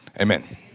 Amen